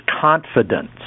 confidence